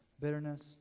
bitterness